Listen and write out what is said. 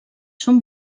són